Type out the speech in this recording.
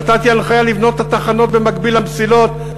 נתתי הנחיה לבנות את התחנות במקביל למסילות,